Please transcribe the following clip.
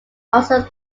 also